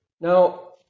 now